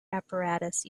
apparatus